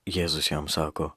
jėzus jam sako